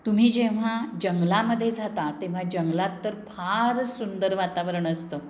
तुम्ही जेव्हा जंगलामध्ये जाता तेव्हा जंगलात तर फारच सुंदर वातावरण असतं